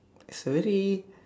is a very